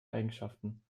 eigenschaften